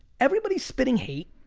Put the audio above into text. everybody's spitting hate,